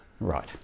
Right